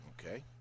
Okay